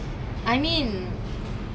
thanks to every chalet lah we all